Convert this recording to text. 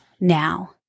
now